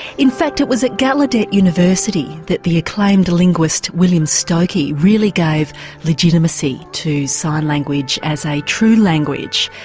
in fact it was at gallaudet university that the acclaimed linguist william stokoe really gave legitimacy to sign language as a true language,